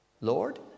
Lord